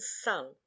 son